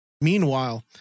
Meanwhile